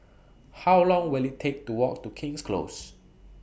How Long Will IT Take to Walk to King's Close